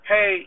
Hey